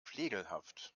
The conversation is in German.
flegelhaft